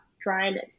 dryness